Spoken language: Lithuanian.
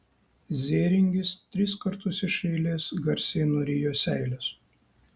zėringis tris kartus iš eilės garsiai nurijo seiles